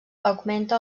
augmenta